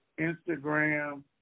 Instagram